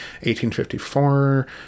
1854